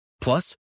Plus